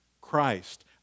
Christ